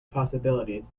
possibilities